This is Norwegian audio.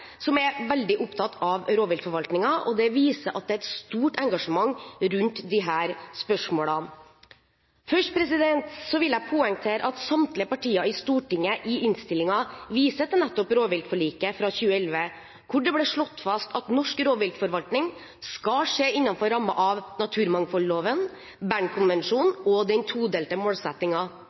som er veldig opptatt av rovviltforvaltningen. Det viser at det er et stort engasjement rundt disse spørsmålene. Først vil jeg poengtere at samtlige partier i Stortinget i innstillingen viser til nettopp rovviltforliket fra 2011, da det ble slått fast: «Norsk rovviltforvaltning skal skje innenfor rammen av bestemmelsene i naturmangfoldloven , Bernkonvensjonen og den todelte